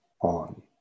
on